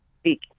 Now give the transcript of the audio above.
speak